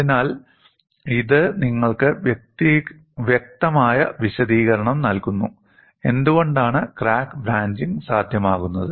അതിനാൽ ഇത് നിങ്ങൾക്ക് വ്യക്തമായ വിശദീകരണം നൽകുന്നു എന്തുകൊണ്ടാണ് ക്രാക്ക് ബ്രാഞ്ചിംഗ് സാധ്യമാകുന്നത്